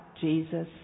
Jesus